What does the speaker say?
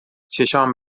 چشام